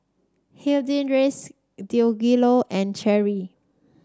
Hildegarde Deangelo and Cherry